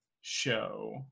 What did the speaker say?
show